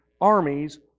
armies